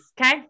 Okay